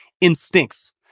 instincts